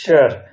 Sure